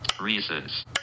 Reasons